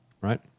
right